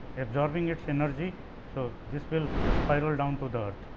observing its energy so, this will spiral down to the earth.